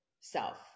self